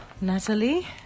Natalie